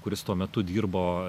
kuris tuo metu dirbo